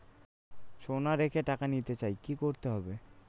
সোনা রেখে টাকা নিতে চাই কি করতে হবে?